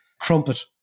crumpet